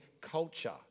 culture